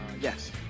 Yes